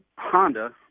honda